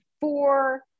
four